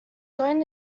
going